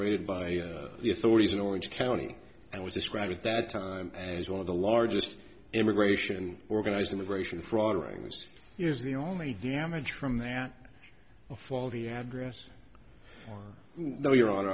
raided by the authorities in orange county and was described at that time as one of the largest immigration organized immigration fraud rings is the only damage from that faulty address no your hon